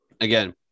again